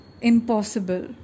impossible